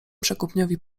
przekupniowi